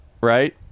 right